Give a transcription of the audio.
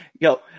yo